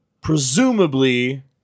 presumably